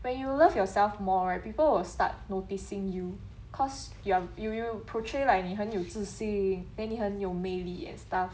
when you love yourself more people will start noticing you cause you are you you portray like 你很有自信 then 你很有魅力 and stuff